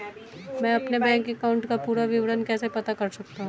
मैं अपने bank account का पूरा विवरण कैसे पता कर सकता हूँ?